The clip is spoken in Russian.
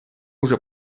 уже